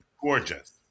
Gorgeous